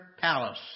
palace